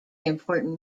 important